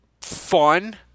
fun –